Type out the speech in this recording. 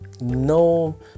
no